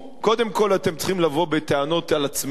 קודם כול אתם צריכים לבוא בטענות אל עצמכם,